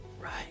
Right